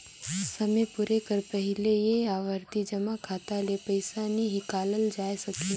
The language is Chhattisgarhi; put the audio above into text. समे पुरे कर पहिले ए आवरती जमा खाता ले पइसा नी हिंकालल जाए सके